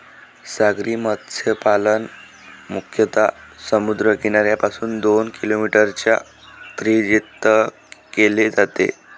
सागरी मत्स्यपालन मुख्यतः समुद्र किनाऱ्यापासून दोन किलोमीटरच्या त्रिज्येत केले जाते